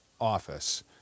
office